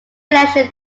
election